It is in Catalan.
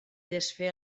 desfer